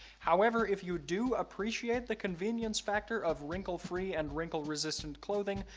however, if you do appreciate the convenience factor of wrinkle free and wrinkle resistant clothing,